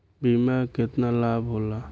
बीमा के केतना लाभ होला?